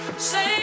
Say